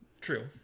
true